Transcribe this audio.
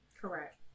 Correct